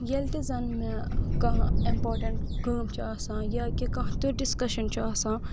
ییٚلہِ تہِ زن مےٚ کانٛہہ اِمپاٹیٚنت کٲم چھِ آسان یا کہِ کانٛہہ تیُتھ ڈسکشن چھُ آسان